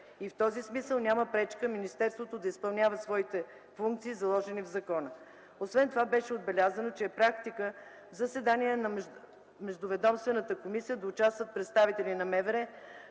В този смисъл няма пречка министерството да изпълнява своите контролни функции, заложени в закона. Освен това, беше отбелязано, че е практика в заседанията на Междуведомствената комисия да участват представители на МВР